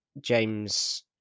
James